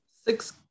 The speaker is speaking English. Six